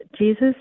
Jesus